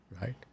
right